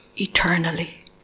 eternally